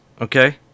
Okay